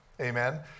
Amen